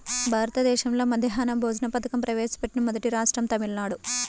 భారతదేశంలో మధ్యాహ్న భోజన పథకం ప్రవేశపెట్టిన మొదటి రాష్ట్రం తమిళనాడు